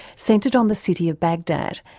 centred on the city of baghdad,